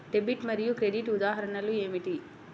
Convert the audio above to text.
Debit మరియు credit ఉదాహరణలు ఏమిటీ?